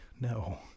No